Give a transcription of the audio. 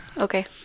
Okay